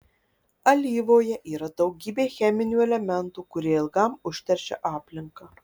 alyvoje yra daugybė cheminių elementų kurie ilgam užteršia aplinką